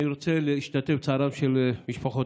אני רוצה להשתתף בצערן של משפחות